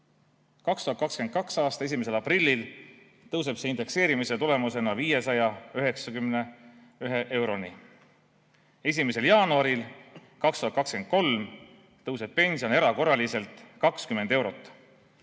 2022. aasta 1. aprillil tõuseb see indekseerimise tulemusena 591 euroni. 1. jaanuaril 2023 tõuseb pension erakorraliselt 20 eurot